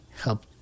help